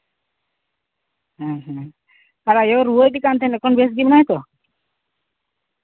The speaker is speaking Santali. ᱦᱮᱸ ᱦᱮᱸ ᱟᱭᱳ ᱨᱩᱣᱟᱹᱭᱮᱫᱮ ᱠᱟᱱ ᱛᱟᱦᱮᱱ ᱮᱠᱷᱚᱱ ᱵᱮᱥ ᱜᱮ ᱢᱮᱱᱟᱭᱟᱛᱚ